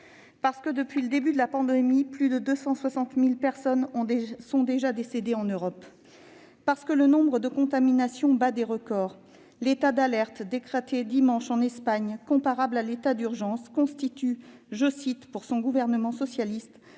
Parce que depuis le début de la pandémie, plus de 260 000 personnes sont déjà décédées en Europe et que le nombre de contaminations bat des records. L'état d'alerte décrété dimanche en Espagne, comparable à l'état d'urgence, constitue, pour le gouvernement socialiste,